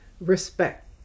respect